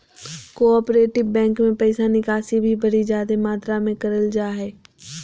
cooperative bank मे पैसा निकासी भी बड़ी जादे मात्रा मे करल जा हय